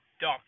Dumb